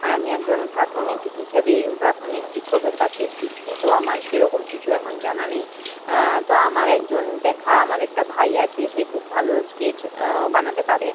মানে আমি একজন প্রাথমিক হিসেবেই প্রাথমিক শিক্ষকের কাছেই শিখছি তো আমার সেরকম কিছু এখন জানা নেই তো আমার একজন দেখা আমার একটা ভাই আছে সে খুব ভালো স্কেচ বানাতে পারে